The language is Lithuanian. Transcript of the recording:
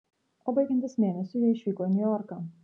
o baigiantis mėnesiui jie išvyko į niujorką